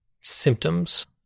symptoms